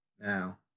Now